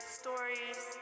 stories